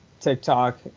TikTok